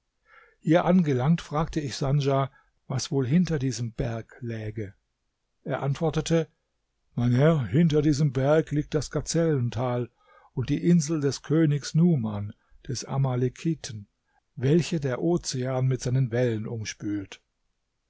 hier angelangt fragte ich sandja was wohl hinter diesem berg läge er antwortete mein herr hinter diesem berg liegt das gazellental und die insel des königs numan des amalekiten welche der ozean mit seinen wellen umspült